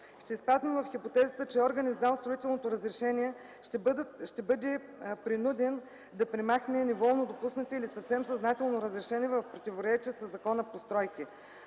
Ще изпаднем в хипотезата, че органът, издал строителното разрешение, ще бъде принуден да премахне неволно допуснати или съвсем съзнателно разрешени в противоречие със закона постройки.